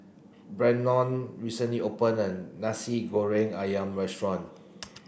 Brennon recently opened a Nasi Goreng Ayam restaurant